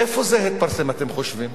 איפה זה התפרסם, אתם חושבים,